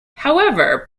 however